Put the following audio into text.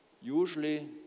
Usually